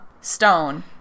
Stone